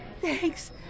thanks